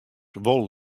wol